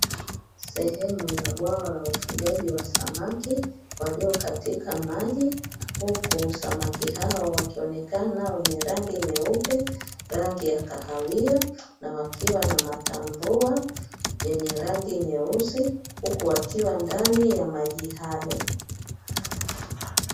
Sehemu ya bwawa la ufugaji wa smaki walio katika maji huku samaki hao wakionekana wenye rangi nyeupe, rangi ya kahawia na wakiwa na matamvua yenye rangi nyeusi huku wakiwa ndani ya maji hayo.